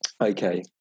Okay